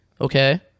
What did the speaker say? okay